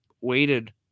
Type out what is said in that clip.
waited